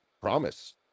promise